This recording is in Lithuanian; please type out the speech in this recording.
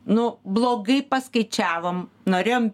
nu blogai paskaičiavome norėjom